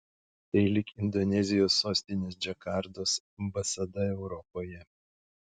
tai lyg indonezijos sostinės džakartos ambasada europoje